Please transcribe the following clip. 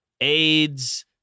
AIDS